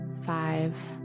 five